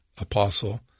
apostle